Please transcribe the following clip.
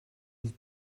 une